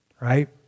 Right